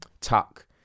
tuck